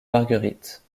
marguerite